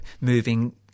moving